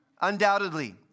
Undoubtedly